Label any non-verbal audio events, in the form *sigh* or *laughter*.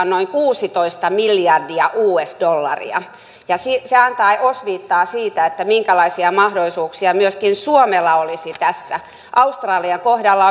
*unintelligible* noin kuusitoista miljardia us dollaria ja se antaa osviittaa siitä minkälaisia mahdollisuuksia myöskin suomella olisi tässä australian kohdalla *unintelligible*